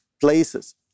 places